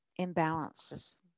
imbalances